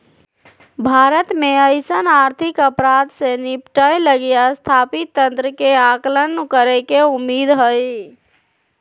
भारत में अइसन आर्थिक अपराध से निपटय लगी स्थापित तंत्र के आकलन करेके उम्मीद हइ